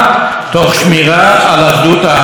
לכן חרה לי כאשר ראיתי,